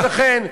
אז לכן,